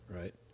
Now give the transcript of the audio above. right